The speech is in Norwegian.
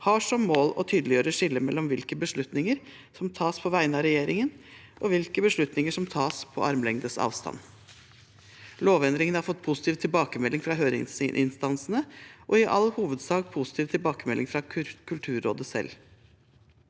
har som mål å tydeliggjøre skillet mellom hvilke beslutninger som tas på vegne av regjeringen, og hvilke beslutninger som tas på armlengdes avstand. Lovendringen har fått positiv tilbakemelding fra høringsinstansene og i all hovedsak positiv tilbakemelding fra Kulturrådet selv.